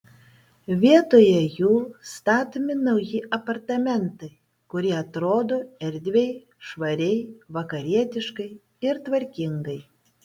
vietoje jų statomi nauji apartamentai kurie atrodo erdviai švariai vakarietiškai ir tvarkingai